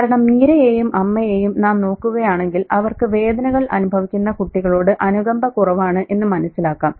കാരണം മീരയെയും അമ്മയെയും നാം നോക്കുകയാണെങ്കിൽ അവർക്ക് വേദനകൾ അനുഭവിക്കുന്ന കുട്ടികളോട് അനുകമ്പ കുറവാണ് എന്ന് മനസിലാക്കാം